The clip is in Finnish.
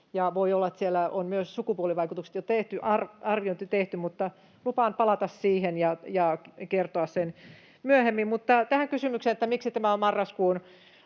voi olla, että siellä on myös sukupuolivaikutusten arviointi jo tehty, mutta lupaan palata siihen ja kertoa sen myöhemmin. Mutta tähän kysymykseen, että miksi tämä on marraskuun